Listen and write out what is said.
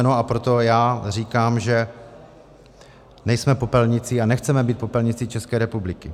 A proto říkám, že nejsme popelnicí a nechceme být popelnicí České republiky.